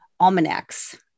almanacs